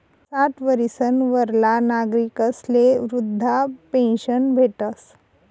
साठ वरीसना वरला नागरिकस्ले वृदधा पेन्शन भेटस